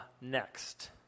next